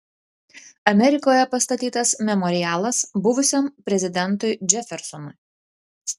amerikoje pastatytas memorialas buvusiam prezidentui džefersonui